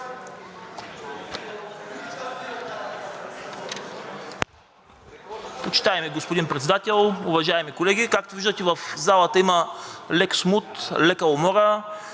Почитаеми господин Председател, уважаеми колеги! Както виждате, в залата има лек смут, лека умора